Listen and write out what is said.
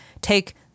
Take